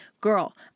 girl